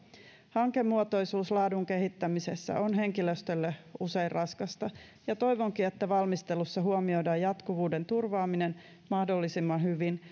hankemuotoisuus laadun kehittämisessä on henkilöstölle usein raskasta ja toivonkin että valmistelussa huomioidaan jatkuvuuden turvaaminen mahdollisimman hyvin